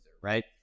right